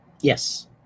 Yes